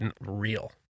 real